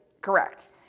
Correct